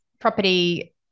property